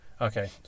okay